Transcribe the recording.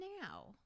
now